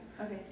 Okay